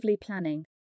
planning